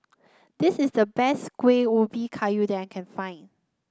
this is the best Kuih Ubi Kayu that I can find